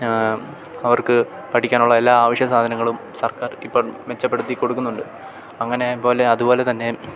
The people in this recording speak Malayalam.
അവർക്ക് പഠിക്കാനുള്ള എല്ലാ ആവശ്യ സാധനങ്ങളും സർക്കാർ ഇപ്പം മെച്ചപ്പെടുത്തി കൊടുക്കുന്നുണ്ട് അങ്ങനെ പോലെ അതു പോലെ തന്നെ